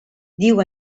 diu